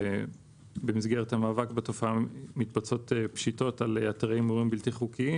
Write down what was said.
ובמסגרת המאבק בתופעה מתבצעות פשיטות על אתרי הימורים בלתי חוקיים.